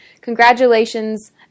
congratulations